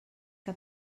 que